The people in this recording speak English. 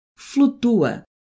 Flutua